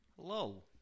Hello